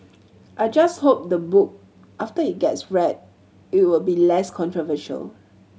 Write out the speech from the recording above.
I just hope the book after it gets read it will be less controversial